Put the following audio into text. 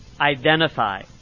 identify